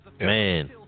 Man